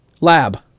lab